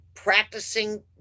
Practicing